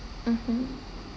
mmhmm